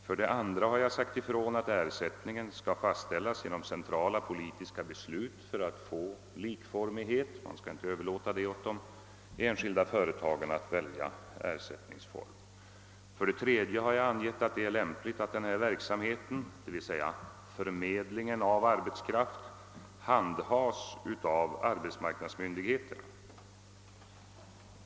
För det andra har jag sagt att ersättningen skall fastställas genom centrala politiska beslut, så att man skapar likformighet. Det skall inte överlåtas åt den enskilde företagaren att välja ersättningsform. För det tredje har jag angivit att det är lämpligt att denna verksamhet — d.v.s. förmedlingen av arbetskraft — handhas av arbetsmarknadsmyndigheterna.